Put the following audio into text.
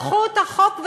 לקחו את החוק,